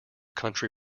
country